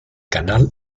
canal